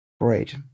great